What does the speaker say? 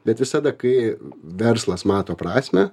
bet visada kai verslas mato prasmę